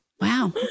Wow